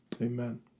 Amen